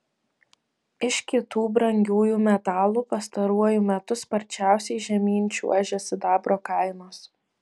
iš kitų brangiųjų metalų pastaruoju metu sparčiausiai žemyn čiuožia sidabro kainos